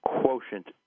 quotient